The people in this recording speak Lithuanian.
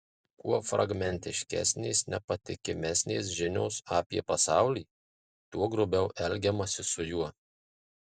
kuo fragmentiškesnės nepatikimesnės žinios apie pasaulį tuo grubiau elgiamasi su juo